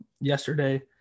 yesterday